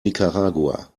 nicaragua